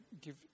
give